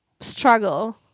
struggle